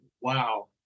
Wow